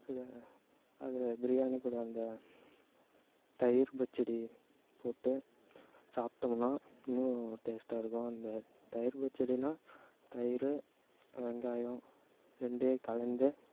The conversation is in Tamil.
அதில் அதில் பிரியாணி கூட அந்த தயிர் பச்சடி போட்டு சாப்பிட்டோமுன்னா இன்னும் டேஸ்ட்டாக இருக்கும் அந்த தயிர் பச்சடின்னால் தயிரு வெங்காயம் ரெண்டையும் கலந்து